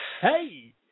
Hey